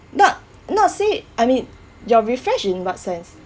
not not say I mean your refresh in what sense